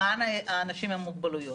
למען אנשים עם מוגבלויות,